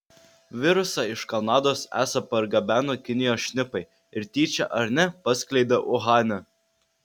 virusą iš kanados esą pargabeno kinijos šnipai ir tyčia ar ne paskleidė uhane